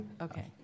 Okay